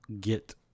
get